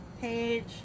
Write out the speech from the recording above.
Page